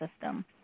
system